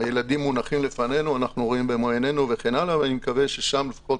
אנחנו רואים במו עינינו את הילדים ואני מקווה ששם לפחות